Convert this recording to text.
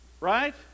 right